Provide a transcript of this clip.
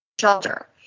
shelter